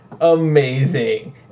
amazing